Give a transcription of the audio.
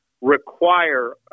require